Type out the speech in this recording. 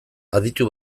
aditu